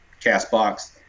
Castbox